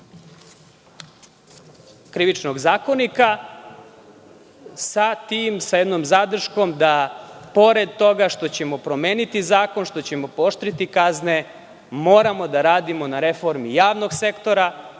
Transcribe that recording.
Krivičnog zakonika, sa zadrškom da pored toga što ćemo promeniti zakon, što ćemo pooštriti kazne moramo da radimo na reformi javnog sektora,